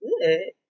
good